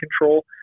control